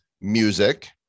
Music